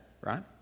right